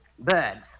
Birds